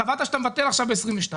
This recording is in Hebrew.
קבעת שאתה מבטל עכשיו ב-22',